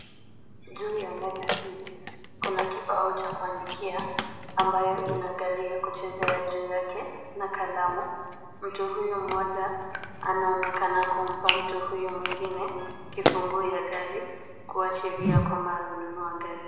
Juu ya meza hii, kuna kibao cha kuandikia ambayo ina gari ya kuchezea juu yake na kalamu. Mtu huyu mmoja, anaonekana kumpa mtu huyu mwingine kifunguu ya gari, kuashiria kwamba amenunua gari.